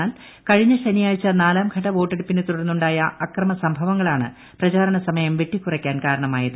എന്നാൽ കഴിഞ്ഞ ശനിയാഴ്ച നാലാം ഘട്ട വോട്ടെടുപ്പിനെ തുടർന്നുണ്ടായ അക്രമ സംഭവങ്ങളാണ് പ്രചാരണ സമയം വെട്ടിക്കുറയ്ക്കാൻ കാരണമായത്